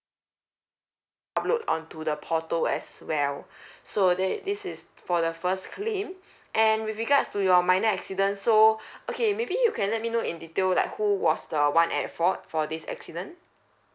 upload onto the portal as well so there this is for the first claim and with regards to your minor accident so okay maybe you can let me know in detail like who was the one at fault for this accident